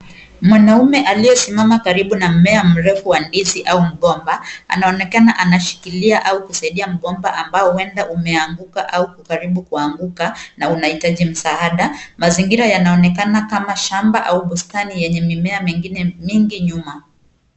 Mwanaume aliyesimama karibu na mmea mrefu wa ndizi au mgomba anaonekana anashikilia au kusaidia mgomba ambao huenda umeanguka au karibu kuanguka na unahitaji msaada mazingira yanaonekana kama shamba au bustani yenye mimea mengine mingi nyuma.